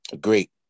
great